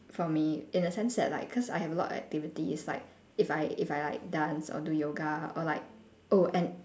for me in a sense that like cause I have a lot of activities it's like if I if I like dance or do yoga or like oh and